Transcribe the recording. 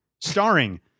starring